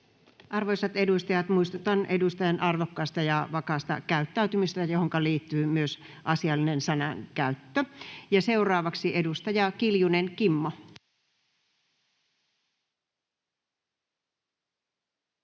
Arvoisat edustajat, muistutan edustajan arvokkaasta ja vakaasta käyttäytymisestä, johonka liittyy myös asiallinen sanankäyttö. — Ja seuraavaksi edustaja Kiljunen Kimmo.